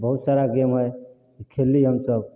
बहुत सारा गेम हइ खेलली हमसब